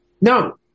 No